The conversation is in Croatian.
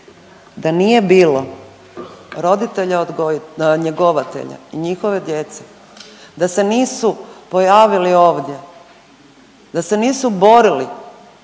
Da nije bilo roditelja njegovatelja i njihove djece, da se nisu pojavili ovdje, da se nisu borili